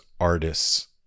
artists